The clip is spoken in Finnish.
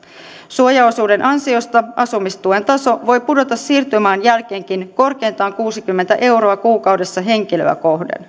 suojaosuuden ansiosta asumistuen taso voi pudota siirtymäajan jälkeenkin korkeintaan kuusikymmentä euroa kuukaudessa henkilöä kohden